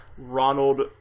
Ronald